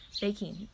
baking